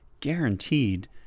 guaranteed